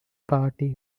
party